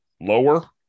lower